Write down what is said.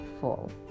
full